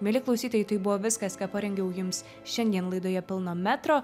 mieli klausytojai tai buvo viskas ką parengiau jums šiandien laidoje pilno metro